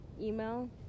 email